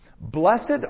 Blessed